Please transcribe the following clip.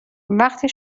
وقتی